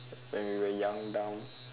when we were young dumb